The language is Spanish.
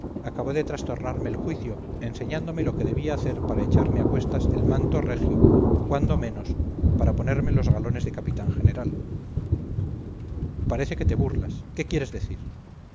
acabó de trastornarme el juicio enseñándome lo que debía hacer para echarme a cuestas el manto regio o cuando menos para ponerme los galones de capitán general parece que te burlas qué quieres decir